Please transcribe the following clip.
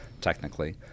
technically